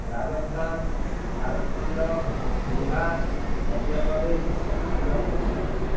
Rajasthan Jharkhand Bihar Madhya Pradesh Andhra Pradesh